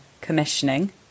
commissioning